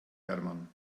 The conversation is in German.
hermann